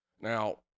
Now